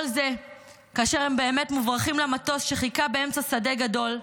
כל זה כאשר הם באמת מוברחים למטוס שחיכה באמצע שדה גדול,